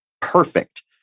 perfect